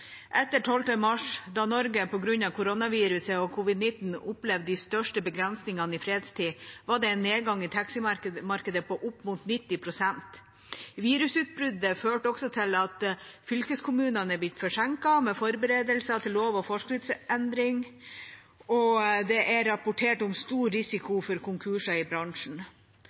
Etter 12. mars, da Norge på grunn av koronaviruset og covid-19 opplevde de største begrensningene i fredstid, var det en nedgang i taximarkedet på opp mot 90 pst. Virusutbruddet førte også til at fylkeskommunene er blitt forsinket med forberedelser til lov- og forskriftsendring, og det er rapportert om stor risiko for konkurser i bransjen.